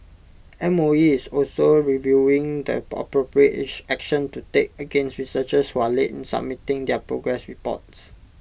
M O E is also reviewing the appropriate action to take against researchers who are late in submitting their progress reports